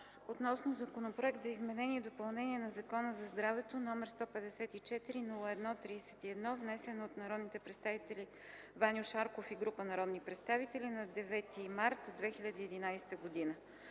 разгледа Законопроект за изменение и допълнение на Закона за здравето, № 154-01-31, внесен от народния представител Ваньо Шарков и група народни представители на 9 март 2011 г.,